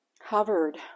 hovered